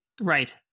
right